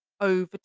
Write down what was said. over